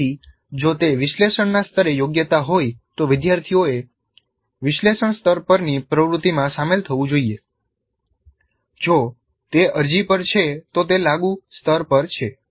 તેથી જો તે વિશ્લેષણના સ્તરે યોગ્યતા હોય તો વિદ્યાર્થીઓએ વિશ્લેષણ સ્તર પરની પ્રવૃત્તિમાં સામેલ થવું જોઈએ જો તે અરજી પર છે તો તે લાગુ સ્તર પર છે